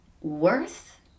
worth